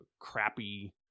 crappy